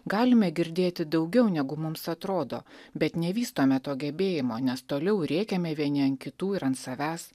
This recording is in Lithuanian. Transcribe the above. galime girdėti daugiau negu mums atrodo bet nevystome to gebėjimo nes toliau rėkiame vieni ant kitų ir ant savęs